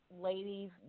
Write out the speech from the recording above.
ladies